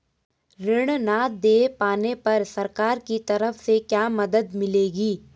ऋण न दें पाने पर सरकार की तरफ से क्या मदद मिलेगी?